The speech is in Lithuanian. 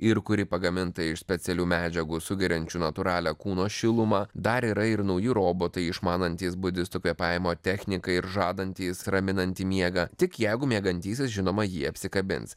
ir kuri pagaminta iš specialių medžiagų sugeriančių natūralią kūno šilumą dar yra ir nauji robotai išmanantys budistų kvėpavimo techniką ir žadantys raminantį miegą tik jeigu miegantysis žinoma jį apsikabins